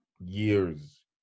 years